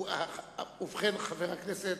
ובכן, חבר הכנסת,